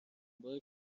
باری